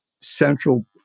central